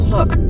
Look